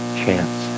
chance